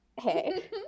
Hey